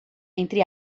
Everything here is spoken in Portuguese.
entre